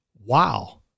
wow